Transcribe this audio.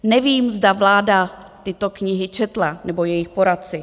Nevím, zda vláda tyto knihy četla, nebo jejich poradci.